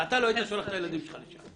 אתה לא היית שולח את הילדים שלך לשם,